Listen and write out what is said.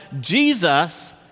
Jesus